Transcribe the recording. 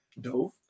Dove